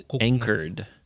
anchored